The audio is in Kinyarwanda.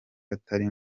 atari